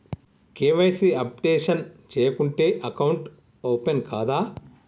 KYC updation చేయకుంటే account open కాదా?